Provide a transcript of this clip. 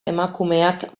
emakumeak